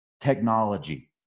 technology